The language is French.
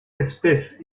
espèce